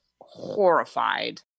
horrified